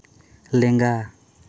ᱞᱮᱸᱜᱟ